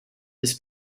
his